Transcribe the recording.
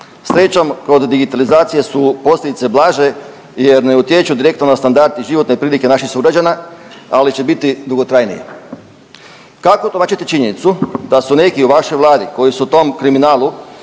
Srećom, kod digitalizacije su posljedice blaže jer ne utječu direktno na standard i životne prilike naših sugrađana, ali će biti dugotrajnije. Kako protumačiti činjenicu da su neki u vašoj Vladi koji su o tom kriminalu